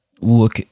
look